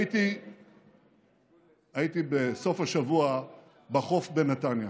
הייתי בסוף השבוע בחוף בנתניה,